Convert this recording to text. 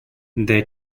their